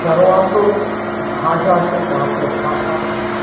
सर्वासु भाषासु मातृभाषा संस्कृतम्